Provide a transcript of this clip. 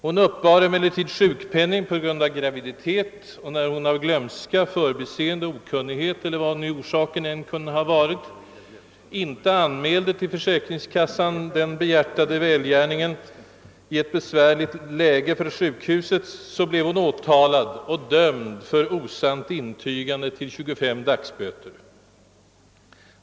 Hon uppbar emellertid sjukpenning på grund av graviditet, och när hon av glömska, förbiseende eller okunnighet eller vad nu orsaken kan ha varit inte anmälde till försäkringskassan denna behjärtade välgärning i ett besvärligt läge på ett sjukhus, blev hon åtalad och dömd för osant intygande till 25 dagsböter.